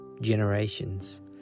generations